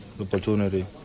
opportunity